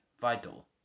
vital